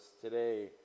today